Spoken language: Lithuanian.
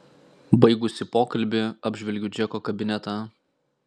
baigusi pokalbį apžvelgiu džeko kabinetą